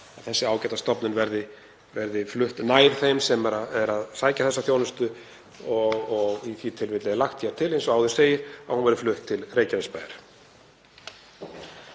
þessi ágæta stofnun verði flutt nær þeim sem sækja þessa þjónustu, en í því tilfelli er lagt til, eins og áður segir, að hún verði flutt til Reykjanesbæjar.